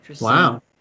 wow